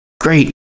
Great